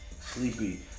Sleepy